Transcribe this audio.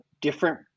different